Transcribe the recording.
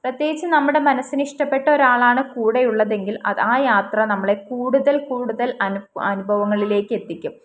പ്രത്യേകിച്ച് നമ്മുടെ മനസ്സിന് ഇഷ്ടപ്പെട്ട ഒരാളാണ് കൂടെയുള്ളതെങ്കിൽ അത് ആ യാത്ര നമ്മളെ കൂടുതൽക്കൂടുതൽ അനുഭവങ്ങളിലേക്ക് എത്തിക്കും